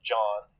John